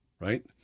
right